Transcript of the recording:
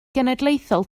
genedlaethol